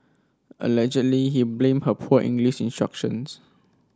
allegedly he blamed her poor English instructions